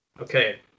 Okay